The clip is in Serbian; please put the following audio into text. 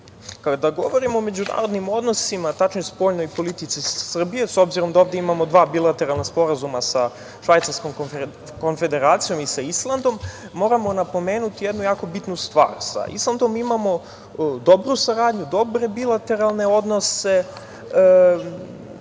govorimo o međunarodnim odnosima, tačnije spoljnoj politici Srbije, s obzirom da ovde imamo dva bilateralna sporazuma sa Švajcarskom Konfederacijom i sa Islandom, moramo napomenuti jednu jako bitnu stvar. Sa Islandom imamo dobru saradnju, dobre bilateralne odnose.